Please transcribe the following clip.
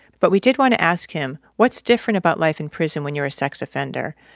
but we did want to ask him what's different about life in prison when you're a sex offender,